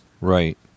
Right